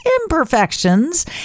imperfections